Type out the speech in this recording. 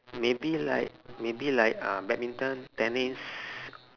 maybe like maybe like uh badminton tennis